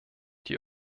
die